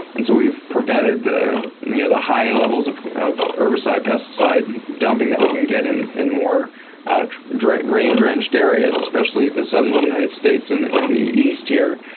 and so we've prevented the you know the high levels of of herbicide, pesticide dumping that we can get in in more rain-drenched areas, especially the southern united states. in in the east here,